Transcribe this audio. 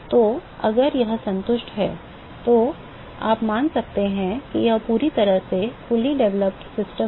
तो अगर यह संतुष्ट है तो आप मान सकते हैं कि यह पूरी तरह से विकसित प्रणाली है